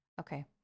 okay